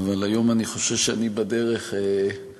אבל היום אני חושש שאני בדרך לקבוע,